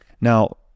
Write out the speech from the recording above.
Now